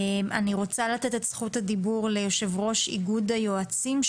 בבקשה, יו"ר איגוד היועצים.